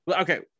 Okay